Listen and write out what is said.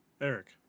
eric